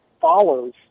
follows